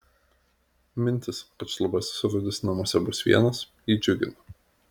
mintis kad šlubasis rudis namuose bus vienas jį džiugino